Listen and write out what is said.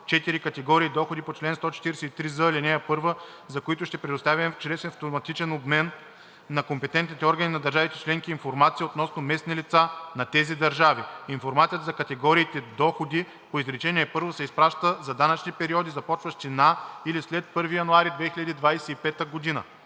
4 категории доходи по чл. 143з, ал. 1, за които ще предоставя чрез автоматичен обмен на компетентните органи на държавите членки информация относно местни лица на тези държави. Информация за категориите доходи по изречение първо се изпраща за данъчни периоди, започващи на или след 1 януари 2025 г.“